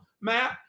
Matt